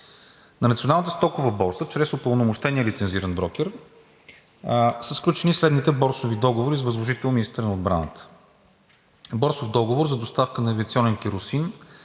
На Националната стокова борса чрез упълномощения лицензиран брокер са сключени следните борсови договори с възложител министърът на отбраната: Борсов договор за доставка на авиационен керосин